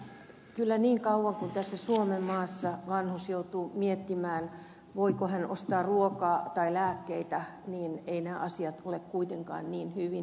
kyllä niin kauan kuin tässä suomenmaassa vanhus joutuu miettimään voiko hän ostaa ruokaa tai lääkkeitä eivät nämä asiat ole kuitenkaan niin hyvin